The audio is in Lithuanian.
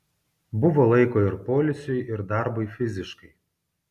buvo laiko ir poilsiui ir darbui fiziškai